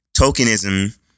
tokenism